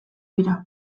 dira